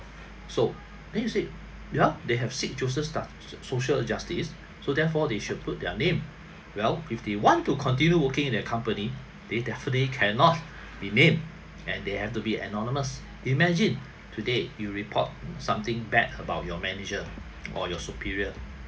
so then you said ya they have seek joseph star~ social justice so therefore they should put their name well if they want to continue working in a company they definitely cannot be named and they have to be anonymous imagine today you report something bad about your manager or your superior